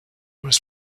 was